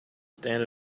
stand